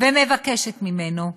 ומבקשת ממנו במיידית,